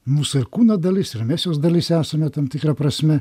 mūsų ir kūno dalis ir mes jos dalis esame tam tikra prasme